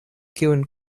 kiujn